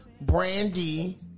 Brandy